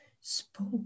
spoke